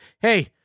hey